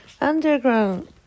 Underground